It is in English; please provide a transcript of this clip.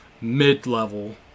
mid-level